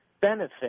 benefit